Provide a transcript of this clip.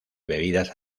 bebidas